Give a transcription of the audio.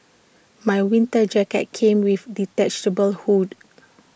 my winter jacket came with detachable hood